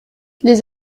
les